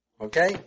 Okay